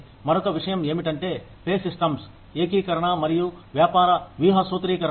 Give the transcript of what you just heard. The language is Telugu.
మరొక విషయం ఏమిటంటే పే సిస్టమ్స్ ఏకీకరణ మరియు వ్యాపార వ్యూహ సూత్రీకరణ